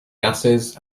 gases